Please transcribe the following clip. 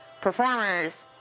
performers